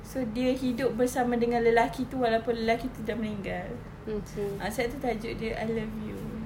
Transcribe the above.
so dia hidup bersama dengan lelaki itu walaupun lelaki itu sudah meninggal ah sebab itu tajuk dia I love you